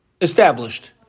established